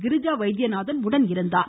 கிரிஜா வைத்தியநாதன் உடன் இருந்தார்